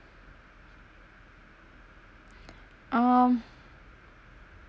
um